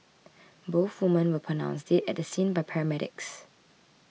both women were pronounced dead at the scene by paramedics